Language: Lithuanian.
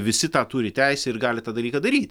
visi tą turi teisę ir gali tą dalyką daryt